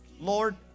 Lord